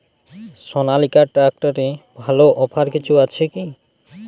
সনালিকা ট্রাক্টরে ভালো অফার কিছু আছে কি?